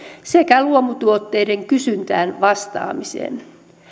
sekä luomutuotteiden kysyntään vastaamiseen